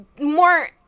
More